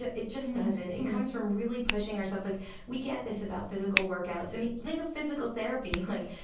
it it just doesn't. it comes from really pushing ourselves, like we get this about physical workouts. i mean, think of physical therapy and like,